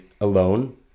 alone